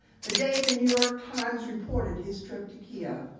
the day the new york times reported his trip to kyiv.